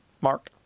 Mark